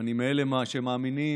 אני מאלה שמאמינים